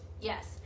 Yes